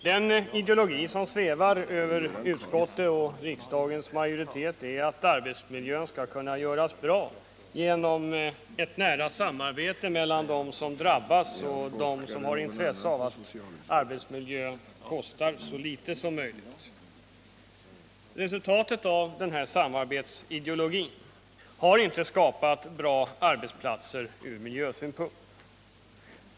Den ideologi som svävar över utskottet och riksdagens majoritet är att arbetsmiljön skall kunna göras bra genom ett nära samarbete mellan dem som drabbas och dem som har intresse av att arbetsmiljön kostar så litet som möjligt. Resultatet av denna samarbetsideologi har inte skapat bra arbetsplatser ur miljösynpunkt.